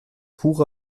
pure